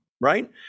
Right